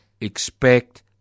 expect